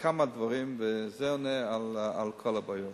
כמה דברים, וזה עונה על כל הבעיות: